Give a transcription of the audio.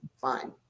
fine